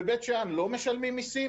בבית שאן לא משלמים מיסים?